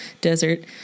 desert